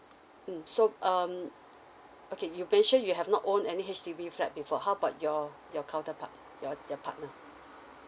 mm so um okay you mention you have not own any H_D_B flat before how about your your counterpart your your partner